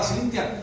Cynthia